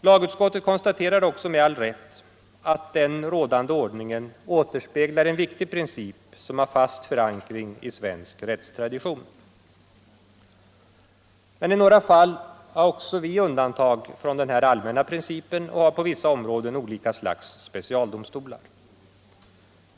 Lagutskottet konstaterar sålunda med all rätt att den rådande ordningen återspeglar en viktig princip som har fast förankring i svensk rättstradition. Men i några fall har också vi undantag från den här allmänna principen och har på vissa områden några specialdomstolar.